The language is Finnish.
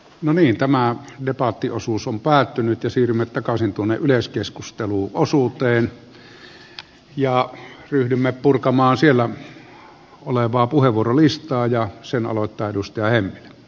no niin tämä debattiosuus on päättynyt ja siirrymme takaisin tuonne yleiskeskusteluosuuteen ja ryhdymme purkamaan siellä olevaa puheenvuorolistaa ja sen aloittaa edustaja hemmilä